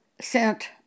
sent